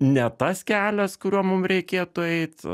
ne tas kelias kuriuo mum reikėtų eit